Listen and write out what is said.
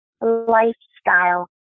lifestyle